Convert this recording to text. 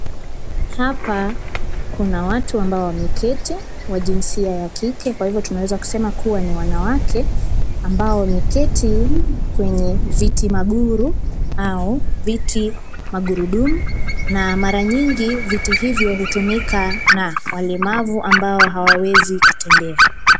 Hapa kuna watu ambao wameketi wa jinsia ya kike kwa hivyo tunaweza sema kuwa ni wanawake ambao wameketi kwenye viti maguru au viti magurudumu na mara nyingi viti hivyo hutumika na walemavu ambao hawawezi kutembea.